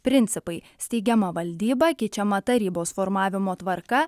principai steigiama valdyba keičiama tarybos formavimo tvarka